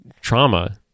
trauma